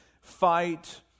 fight